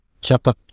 chapter